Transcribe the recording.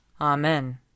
Amen